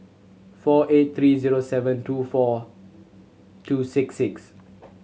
four eight three zero seven two four two six six